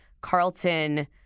Carlton